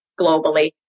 globally